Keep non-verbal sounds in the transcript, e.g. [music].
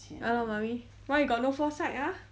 [noise] mummy why you got no foresight ah